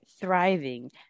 thriving